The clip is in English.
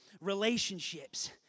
relationships